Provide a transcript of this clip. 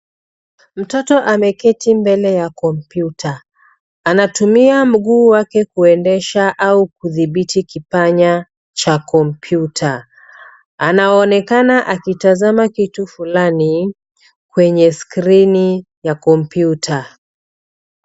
Mtoto ameketi mbele ya kompyuta. Anatumia mguu wake kuendesha au kudhibiti kipanya cha kompyuta. Anaonekana akitazama kitu fulani kwenye skrini ya kompyuta.